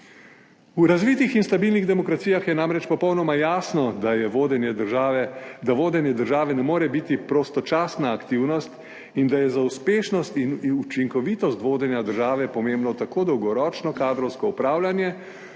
V razvitih in stabilnih demokracijah je namreč popolnoma jasno, da vodenje države ne more biti prostočasna aktivnost in da je za uspešnost in učinkovitost vodenja države pomembno tako dolgoročno kadrovsko upravljanje